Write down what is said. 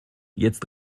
jetzt